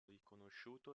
riconosciuto